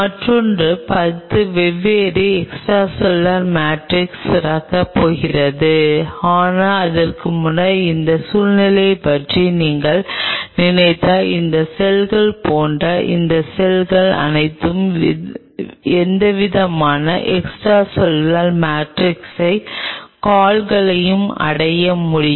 மற்றொரு 10 வெவ்வேறு எக்ஸ்ட்ராசெல்லுலர் மேட்ரிக்ஸை சுரக்கப் போகிறது ஆனால் அதற்கு முன்னர் இந்த சூழ்நிலையைப் பற்றி நீங்கள் நினைத்தால் இந்த செல்களைப் போன்ற இந்த செல்கள் அனைத்திலும் எந்தவிதமான எக்ஸ்ட்ராசெல்லுலர் மேட்ரிக்ஸை கால்களையும் அடைய முடியும்